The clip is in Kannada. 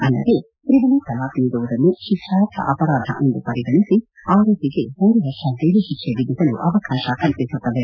ಅಲ್ಲದೇ ತ್ರಿವಳಿ ತಲಾಖ್ ನೀಡುವುದನ್ನು ಶಿಕ್ಷಾರ್ಹ ಅಪರಾಧ ಎಂದು ಪರಿಗಣಿಸಿ ಆರೋಪಿಗೆ ಮೂರು ವರ್ಷ ಜೈಲು ಶಿಕ್ಷೆ ವಿಧಿಸಲು ಅವಕಾಶ ಕಲ್ಪಿಸುತ್ತದೆ